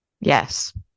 Yes